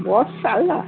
box আলনা